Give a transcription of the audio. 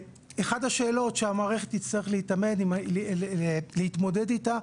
אחת השאלות שהמערכת תצטרך להתמודד איתה,